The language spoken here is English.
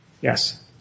Yes